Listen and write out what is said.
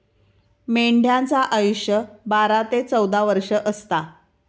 मेंढ्यांचा आयुष्य बारा ते चौदा वर्ष असता